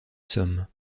somme